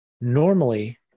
Normally